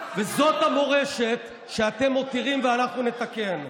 וזאת המורשת שאתם מותירים, ואנחנו נתקן.